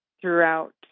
throughout